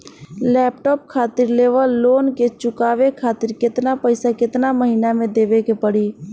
Laptop खातिर लेवल loan के चुकावे खातिर केतना पैसा केतना महिना मे देवे के पड़ी?